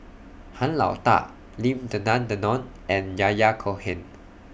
Han Lao DA Lim Denan Denon and Yahya Cohen